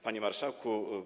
Panie Marszałku!